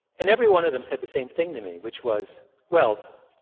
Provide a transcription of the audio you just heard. and every one of them said the same thing to me, which was, well,